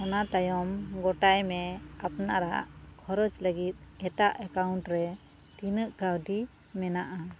ᱚᱱᱟ ᱛᱟᱭᱚᱢ ᱜᱚᱴᱟᱭ ᱢᱮ ᱟᱯᱱᱟᱨᱟᱜ ᱠᱷᱚᱨᱚᱪ ᱞᱟᱹᱜᱤᱫ ᱮᱴᱟᱜ ᱮᱠᱟᱣᱩᱱᱴ ᱨᱮ ᱛᱤᱱᱟᱹᱜ ᱠᱟᱹᱣᱰᱤ ᱢᱮᱱᱟᱜᱼᱟ